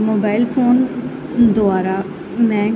mobile phone ਦੁਆਰਾ ਮੈਂ